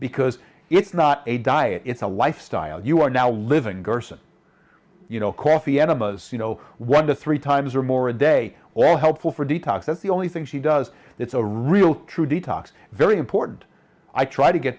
because it's not a diet it's a lifestyle you are now living gerson you know coffee enemas you know one to three times or more a day well helpful for detox that's the only thing she does it's a real true detox very important i try to get